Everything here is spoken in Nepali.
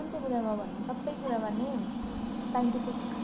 कुन चाहिँ कुरामा भनौँं सबै कुरामा नै साइन्टिफिक